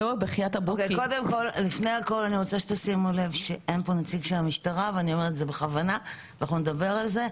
לפני הכול, אין פה נציג של המשטרה ונדבר על זה.